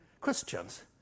Christians